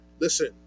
Listen